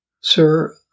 Sir